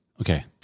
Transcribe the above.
okay